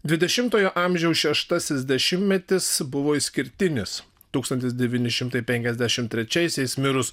dvidešimtojo amžiaus šeštasis dešimtmetis buvo išskirtinis tūkstantis devyni šimtai penkiasdešimt trečiaisiais mirus